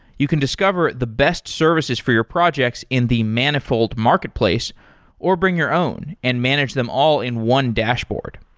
you can discover the best services for your projects in the manifold marketplace or bring your own and manage them all in one dashboard.